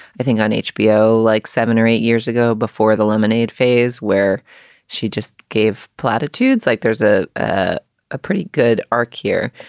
i think on hbo like seven or eight years ago before the lemonade phase where she just gave platitudes like there's a ah ah pretty pretty good arc here.